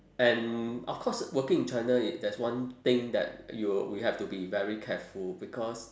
and of course working in china there's one thing that you we have to be very careful because